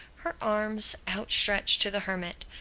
her arms out-stretched to the hermit.